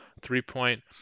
three-point